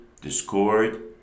discord